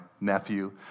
nephew